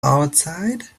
outside